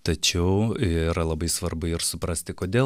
tačiau ir labai svarbu ir suprasti kodėl